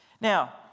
Now